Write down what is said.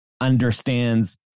understands